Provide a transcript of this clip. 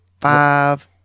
five